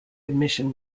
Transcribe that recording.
admission